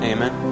Amen